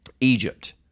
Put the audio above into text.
Egypt